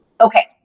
Okay